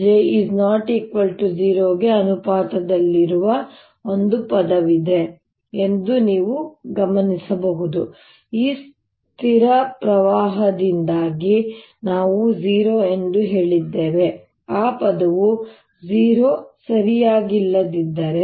J ≠ 0 ಗೆ ಅನುಪಾತದಲ್ಲಿರುವ ಒಂದು ಪದವಿದೆ ಎಂದು ನೀವು ಗಮನಿಸಬಹುದು ಈ ಸ್ಥಿರ ಪ್ರವಾಹದಿಂದಾಗಿ ನಾವು 0 ಎಂದು ಹೇಳಿದ್ದೇವೆ ಆ ಪದವು 0 ಸರಿಯಾಗಿಲ್ಲದಿದ್ದರೆ